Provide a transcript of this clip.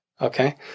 Okay